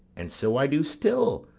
and so i do still,